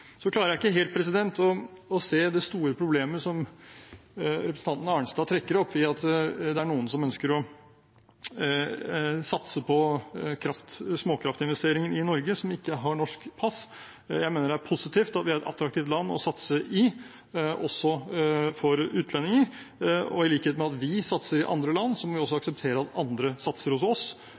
klarer ikke helt å se det store problemet som representanten Arnstad trekker opp om at det er noen som ikke har norsk pass, som ønsker å satse på småkraftinvesteringer i Norge. Jeg mener det er positivt at vi er et attraktivt land å satse i, også for utlendinger. I likhet med at vi satser i andre land, må vi også akseptere at andre satser hos oss.